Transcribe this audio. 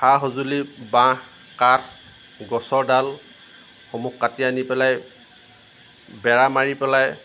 সা সঁজুলি বাঁহ কাঠ গছৰ ডালসমূহ কাটি আনি পেলাই বেৰা মাৰি পেলাই